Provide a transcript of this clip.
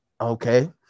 okay